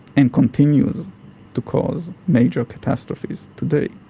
and continues to cause major catastrophes today,